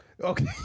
Okay